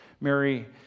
Mary